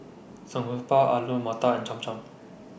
Samgeyopsal Alu Matar and Cham Cham